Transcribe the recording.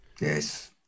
Yes